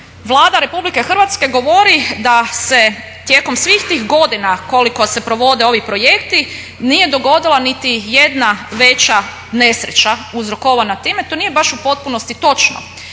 Vlada Republike Hrvatske govori da se tijekom svih tih godina koliko se provode ovi projekti nije dogodila nitijedna veća nesreća uzrokovana time. To nije baš u potpunosti točno.